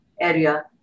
area